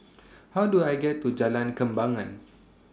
How Do I get to Jalan Kembangan